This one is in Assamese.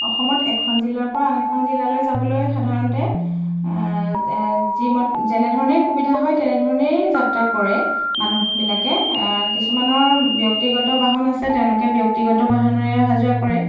অসমত এখন জিলাৰ পৰা আন এখন জিলালৈ যাবলৈ সাধাৰণতে যি মত যেনেধৰণেই সুবিধা হয় তেনেধৰণেই যাত্ৰা কৰে মানুহবিলাকে কিছুমানৰ ব্যক্তিগত বাহন আছে তেওঁলোকে ব্যক্তিগত বাহনেৰে আহা যোৱা কৰে